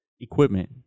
equipment